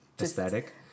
aesthetic